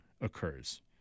occurs